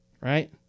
Right